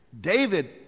David